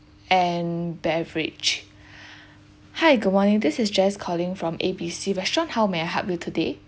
and beverage hi good morning this is jess calling from A B C restaurant how may I help you today